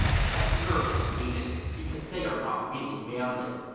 but nurses hate it, because they are not really manly,